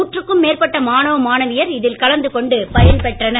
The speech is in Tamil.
நூற்றுக்கும் மேற்பட்ட மாணவ மாணவியர் இதில் கலந்து கொண்டு பயன்பெற்றனர்